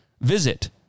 visit